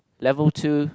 level two